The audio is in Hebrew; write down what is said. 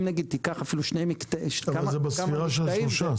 אם נגיד תיקח אפילו כמה מקטעים --- אבל זה בספירה של השלושה,